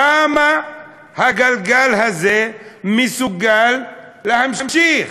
כמה הגלגל הזה מסוגל להמשיך,